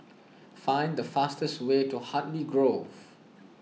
find the fastest way to Hartley Grove